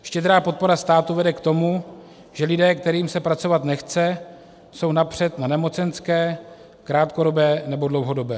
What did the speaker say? Štědrá podpora státu vede k tomu, že lidé, kterým se pracovat nechce, jsou napřed na nemocenské, krátkodobé nebo dlouhodobé.